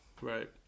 Right